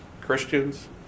Christians